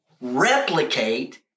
replicate